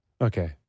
okay